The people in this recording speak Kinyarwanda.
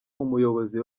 umuyobozi